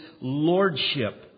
lordship